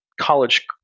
college